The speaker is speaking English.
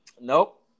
Nope